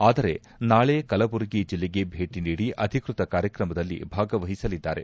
ಆದರೆ ನಾಳೆ ಕಲಬುರಗಿ ಜಲ್ಲೆಗೆ ಭೇಟಿ ನೀಡಿ ಅಧಿಕ್ಷತ ಕಾರ್ಯಕ್ರಮದಲ್ಲಿ ಭಾಗವಹಿಸಲಿದ್ದಾರೆ